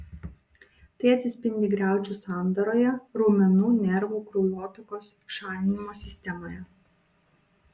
tai atsispindi griaučių sandaroje raumenų nervų kraujotakos šalinimo sistemoje